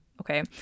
okay